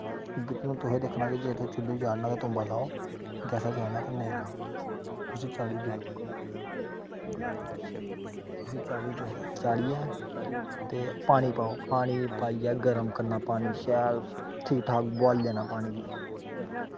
हून तुसें दिक्खना केह् तुसें चुल्ली पर चाढ़ना ते कुक्करे गी तुग्गा लाओ गैसा पर चाढ़ना ते नेईं लाओ गैसा पर चाढ़ी देओ चाड़ियै पानी पाओ पानी पाइयै गर्म करना शैल ठीक ठाक बोआली लैना पानी बी